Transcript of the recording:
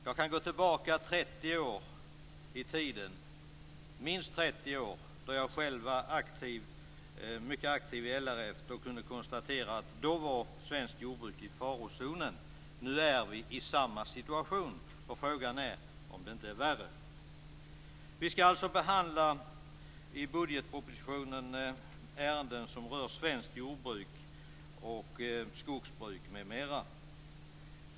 Jag kan gå tillbaka minst 30 år i tiden då jag själv var mycket aktiv i LRF och själv kunde konstatera att svenskt jordbruk då var i farozonen. Nu är vi i samma situation. Och frågan är om det inte är värre. Vi skall alltså behandla ärenden i budgetpropositionen som rör svenskt jordbruk och skogsbruk m.m.